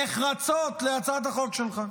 נחרצות, להצעת החוק שלך.